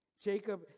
Jacob